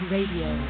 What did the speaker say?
Radio